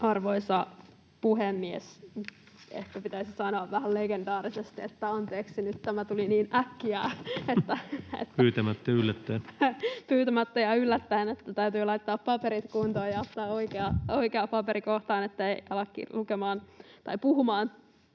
Arvoisa puhemies! Ehkä pitäisi sanoa vähän legendaarisesti, että anteeksi, nyt tämä tuli niin äkkiä, että... ...pyytämättä ja yllättäen, että täytyy laittaa paperit kuntoon ja ottaa oikea paperi, ettei ala puhumaan